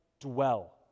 dwell